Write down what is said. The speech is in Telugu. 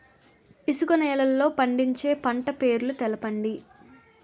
ఇసుక నేలల్లో పండించే పంట పేర్లు తెలపండి?